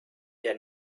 der